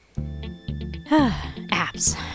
apps